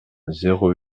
zéro